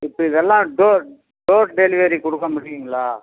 இப்போ இதெல்லாம் door door delivery கொடுக்க முடியுங்களா